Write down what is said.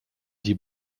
die